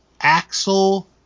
Axel